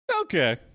Okay